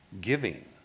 giving